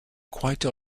quite